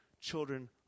children